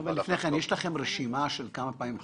יש לכם רשימה של כמה פעמים חרגתם?